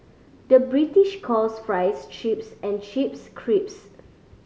the British calls fries chips and chips crisps